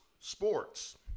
sports